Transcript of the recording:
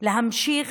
להמשיך